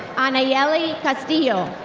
anayeli castillo.